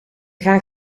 gaan